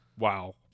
wow